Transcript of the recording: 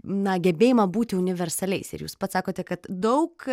na gebėjimą būti universaliais ir jūs pats sakote kad daug